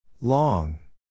long